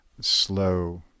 slow